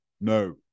no